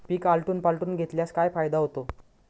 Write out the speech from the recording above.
पीक आलटून पालटून घेतल्यास काय फायदा होतो?